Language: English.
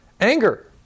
anger